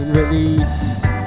release